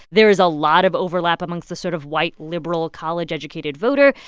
there is a lot of overlap amongst the sort of white, liberal college-educated voter.